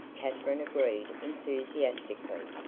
katherine agreed enthusiastically.